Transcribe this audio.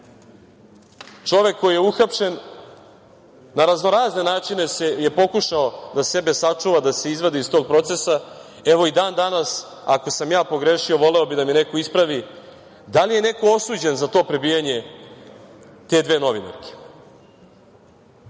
Čovek koji je uhapšen na raznorazne načine je pokušao da sebe sačuva, da se izvadi iz tog procesa. Evo, i dan danas, ako sam ja pogrešio, voleo bih da me neko ispravi, da li je neko osuđen za to prebijanje te dve novinarke?